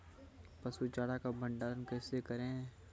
पसु चारा का भंडारण कैसे करें?